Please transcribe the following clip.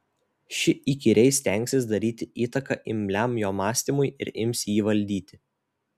ši įkyriai stengsis daryti įtaką imliam jo mąstymui ir ims jį valdyti